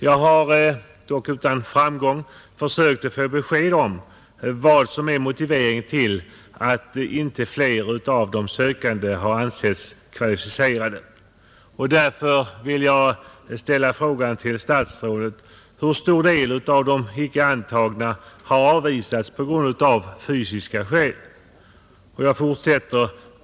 Jag har, dock utan framgång, försökt få besked om vad som är motiveringen till att inte flera av de sökande har ansetts kvalificerade. Därför vill jag ställa frågan till statsrådet: Hur stor del av de icke antagna har avvisats på grund av fysiska skäl?